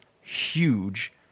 huge